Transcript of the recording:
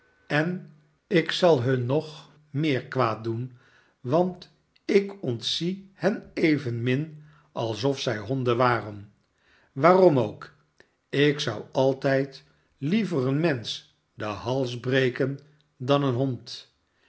en ik zal hun nog meer kwaad doen want ik ontzie hen evenmin alsof zij honden waren waarom ook ik zou altijd liever een mensch den hals breken dan een hond